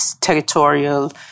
territorial